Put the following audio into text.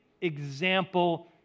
example